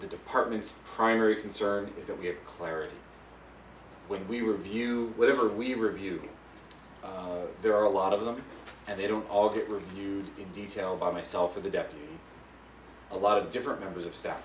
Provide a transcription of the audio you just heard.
the department's primary concern is that we have clarity when we were view whenever we review there are a lot of them and they don't all get reviewed in detail by myself or the deputy a lot of different members of staff